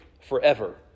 forever